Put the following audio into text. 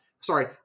sorry